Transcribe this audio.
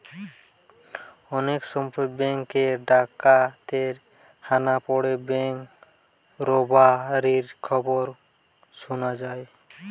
অনেক সময় বেঙ্ক এ ডাকাতের হানা পড়ে ব্যাঙ্ক রোবারির খবর শুনা যায়